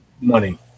money